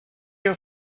your